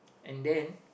and then